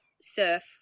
surf